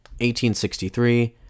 1863